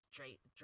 Drake